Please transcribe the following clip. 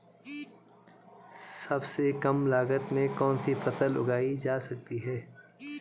सबसे कम लागत में कौन सी फसल उगाई जा सकती है